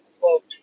quote